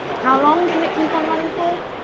how long can it keep on running for?